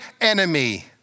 enemy